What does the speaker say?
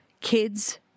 kids